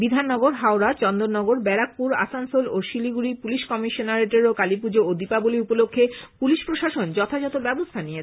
বিধাননগর হাওড়া চন্দননগর ব্যারাকপুর আসানসোল ও শিলিগুড়ি পুলিশ কমিশনারেটেও কালী পুজো ও দীপাবলী উপলক্ষ্যে পুলিশ প্রশাসন যথাযথ ব্যবস্থা নিয়েছে